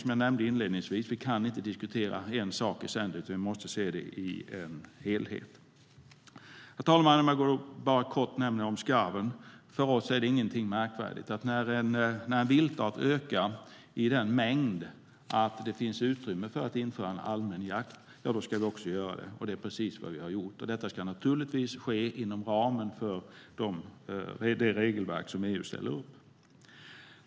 Som jag nämnde inledningsvis kan vi inte diskutera en sak i sänder, utan vi måste se helheten. Herr talman! Låt mig kort nämna skarven. För oss är det inget märkvärdigt. När en viltart ökar i sådan mängd att det finns utrymme för att införa allmän jakt ska vi också göra det, och det är precis vad vi har föreslagit. Det ska givetvis ske inom ramen för de regelverk som EU ställt upp.